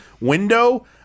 window